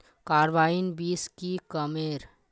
Carbine बीस की कमेर?